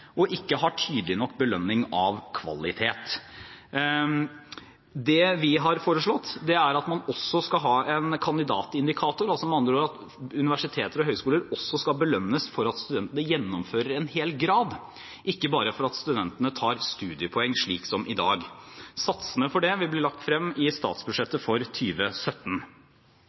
og ikke har tydelig nok belønning av kvalitet. Det vi har foreslått, er at man også skal ha en kandidatindikator, med andre ord at universiteter og høyskoler også skal belønnes for at studentene gjennomfører en hel grad, ikke bare for at studentene tar studiepoeng, slik som i dag. Satsene for det vil bli lagt frem i statsbudsjettet